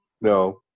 no